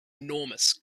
enormous